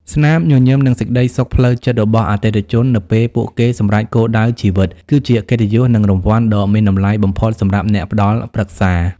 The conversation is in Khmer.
ស្នាមញញឹម និងសេចក្ដីសុខផ្លូវចិត្តរបស់អតិថិជននៅពេលពួកគេសម្រេចគោលដៅជីវិត គឺជាកិត្តិយស និងរង្វាន់ដ៏មានតម្លៃបំផុតសម្រាប់អ្នកផ្ដល់ប្រឹក្សា។